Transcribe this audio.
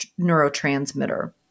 neurotransmitter